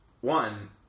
one